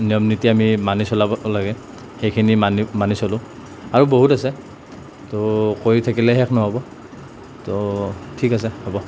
নিয়ম নীতি আমি মানি চলাব লাগে সেইখিনি মানি মানি চলোঁ আৰু বহুত আছে ত' কৈয়ে থাকিলে শেষ নহ'ব ত' ঠিক আছে হ'ব